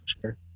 sure